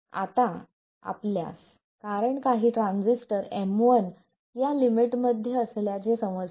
तर आता आपल्यास कारण काही ट्रान्झिस्टर M1 या लिमिट मध्ये असल्याचे समजते